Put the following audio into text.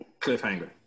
Cliffhanger